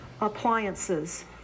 appliances